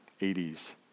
80s